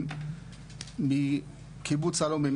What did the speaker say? מקיבוץ עלומים.